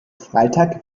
freitag